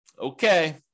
Okay